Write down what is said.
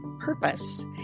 Purpose